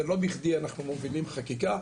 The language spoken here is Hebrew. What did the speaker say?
ולא בכדי אנחנו מובילים חקיקה,